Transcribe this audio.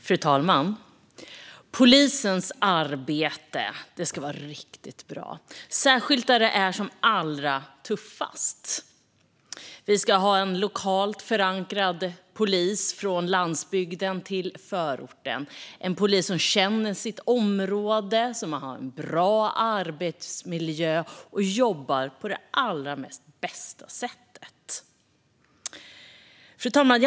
Fru talman! Polisens arbete ska vara riktigt bra, särskilt där det är som allra tuffast. Vi ska ha en lokalt förankrad polis - från landsbygden till förorten. Det ska vara en polis som känner sitt område, har en bra arbetsmiljö och jobbar på det allra bästa sättet. Fru talman!